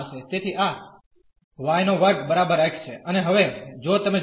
તેથી આ y2 x છે અને હવે જો તમે જુઓ